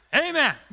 Amen